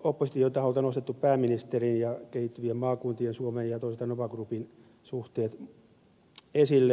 opposition taholta nostettu pääministerin ja kehittyvien maakuntien suomen ja toisaalta nova groupin suhteet esille